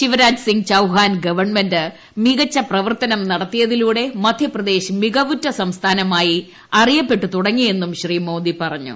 Shivraj Singh Chouhan government മികച്ച പ്രവർത്തനം നടത്തിയതിലൂടെ മധ്യപ്രദേശ് മിക്വുറ്റ സംസ്ഥാനമായി അറിയപ്പെട്ട് തുടങ്ങിയെന്നും ശ്രീ മ്യോദ് പറഞ്ഞു